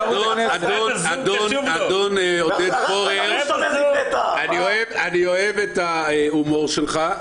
אדון עודד פורר, אני אוהב את ההומור שלך.